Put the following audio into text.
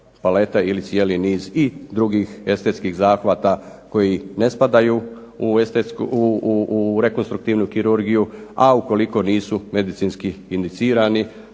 paleta ili cijeli niz i drugih estetskih zahvata koji ne spadaju u rekonstruktivnu kurirgiju, a ukoliko nisu medicinski indicirani.